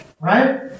Right